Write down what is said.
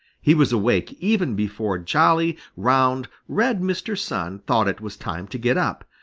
he was awake even before jolly, round, red mr. sun thought it was time to get up,